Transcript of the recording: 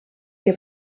que